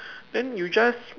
then you just